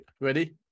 ready